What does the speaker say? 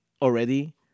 already